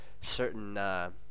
certain –